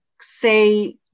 say